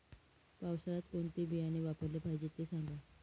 पावसाळ्यात कोणते बियाणे वापरले पाहिजे ते सांगा